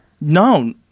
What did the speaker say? No